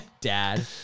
Dad